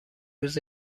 روز